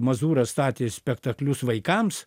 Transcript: mazūras statė spektaklius vaikams